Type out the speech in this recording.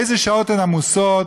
איזה שעות עמוסות,